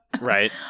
right